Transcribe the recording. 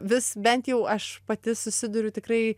vis bent jau aš pati susiduriu tikrai